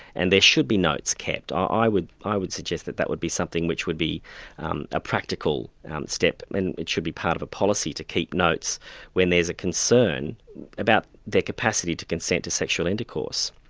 and there should be notes kept. i would i would suggest that that would be something which would be a practical step, and it should be part of a policy to keep notes when there's a concern about their capacity to consent to sexual intercourse.